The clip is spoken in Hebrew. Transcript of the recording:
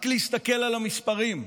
רק להסתכל על המספרים,